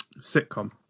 sitcom